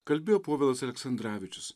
kalbėjo povilas aleksandravičius